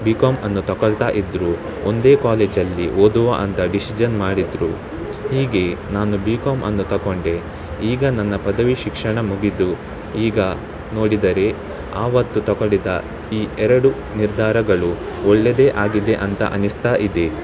B ಕಾಮನ್ನು ತೊಗೊಳ್ತಾ ಇದ್ದರು ಒಂದೇ ಕಾಲೇಜಲ್ಲಿ ಓದುವ ಅಂತ ಡಿಶಿಜನ್ ಮಾಡಿದರು ಹೀಗೆ ನಾನು ಬಿ ಕಾಮನ್ನು ತೊಗೊಂಡೆ ಈಗ ನನ್ನ ಪದವಿ ಶಿಕ್ಷಣ ಮುಗಿದು ಈಗ ನೋಡಿದರೆ ಆವತ್ತು ತೊಕೊಳಿದ ಈ ಎರಡು ನಿರ್ಧಾರಗಳು ಒಳ್ಳೆಯದೇ ಆಗಿದೆ ಅಂತ ಅನಿಸ್ತಾ ಇದೆ